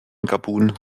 gabun